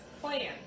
Plan